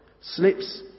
slips